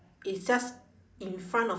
it's just in front of